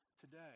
today